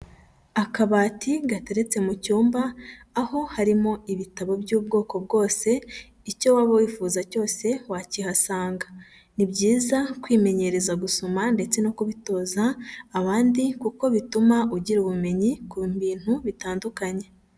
Akabati gateretse mu cyumba, aho harimo ibitabo by'ubwoko bwose, icyo waba wifuza cyose wakihasanga, ni byiza kwimenyereza gusoma ndetse no kubitoza abandi, kuko bituma ugira ubumenyi ku bintu bitandukanye.